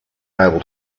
able